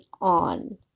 on